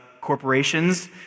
corporations